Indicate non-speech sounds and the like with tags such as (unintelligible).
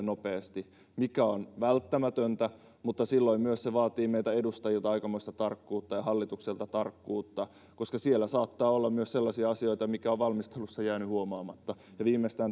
(unintelligible) nopeasti mikä on välttämätöntä mutta se vaatii myös meiltä edustajilta aikamoista tarkkuutta ja hallitukselta tarkkuutta koska siellä saattaa olla myös sellaisia asioita mitkä ovat valmistelussa jääneet huomaamatta viimeistään